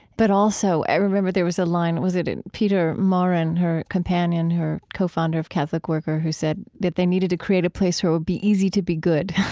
but also, i remember, there was a line was it it peter maurin, her companion, her co-founder of catholic worker, who said that they needed to create a place where it will be easy to be good